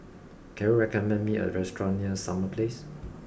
can you recommend me a restaurant near Summer Place